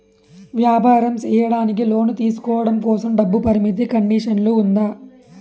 వ్యాపారం సేయడానికి లోను తీసుకోవడం కోసం, డబ్బు పరిమితి కండిషన్లు ఉందా?